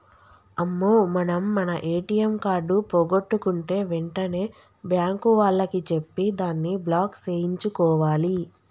అమ్మో మనం మన ఏటీఎం కార్డు పోగొట్టుకుంటే వెంటనే బ్యాంకు వాళ్లకి చెప్పి దాన్ని బ్లాక్ సేయించుకోవాలి